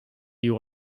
you